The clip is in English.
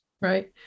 Right